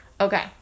Okay